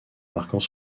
marquant